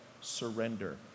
surrender